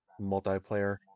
multiplayer